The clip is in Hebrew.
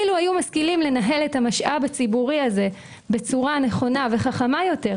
לו היו משכילים לנהל את המשאב הציבורי הזה בצורה נכונה וחכמה יותר,